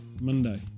Monday